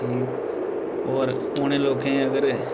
ठीक होर उ'नें लोकें गी अगर